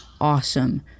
awesome